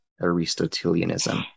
Aristotelianism